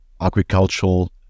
agricultural